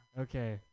Okay